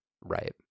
Right